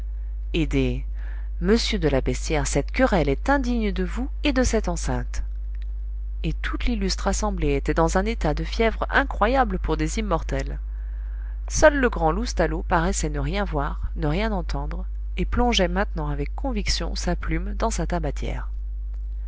des monsieur de la beyssière cette querelle est indigne et de vous et de cette enceinte et toute l'illustre assemblée était dans un état de fièvre incroyable pour des immortels seul le grand loustalot paraissait ne rien voir ne rien entendre et plongeait maintenant avec conviction sa plume dans sa tabatière